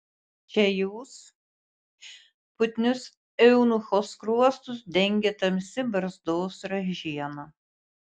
čia jūs putnius eunucho skruostus dengė tamsi barzdos ražiena